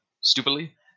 stupidly